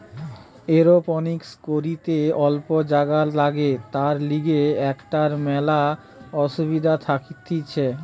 aeroponics করিতে অল্প জাগা লাগে, তার লিগে এটার মেলা সুবিধা থাকতিছে